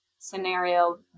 scenario